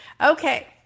Okay